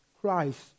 Christ